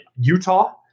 Utah